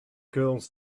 girls